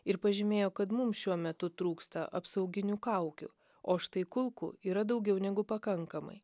ir pažymėjo kad mums šiuo metu trūksta apsauginių kaukių o štai kulkų yra daugiau negu pakankamai